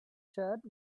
shirt